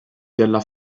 della